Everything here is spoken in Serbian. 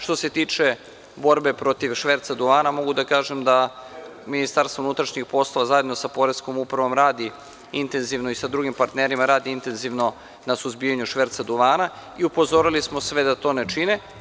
Što se tiče borbe protiv šverca duvana, mogu da kažem da MUP zajedno sa poreskom upravom i sa drugim partnerima radi intenzivno na suzbijanju šverca duvana i upozorili smo sve da to ne čine.